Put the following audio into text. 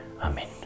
Amen